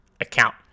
account